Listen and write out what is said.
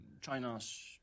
China's